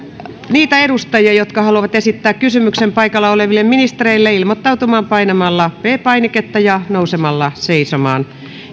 niitä edustajia jotka haluavat esittää kysymyksen paikalla oleville ministerille ilmoittautumaan painamalla p painiketta ja nousemalla seisomaan